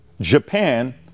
Japan